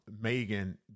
Megan